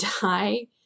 die